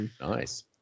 nice